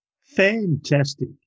Fantastic